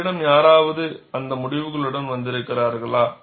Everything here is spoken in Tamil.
உங்களில் யாராவது அந்த முடிவுகளுடன் வந்திருக்கிறீர்களா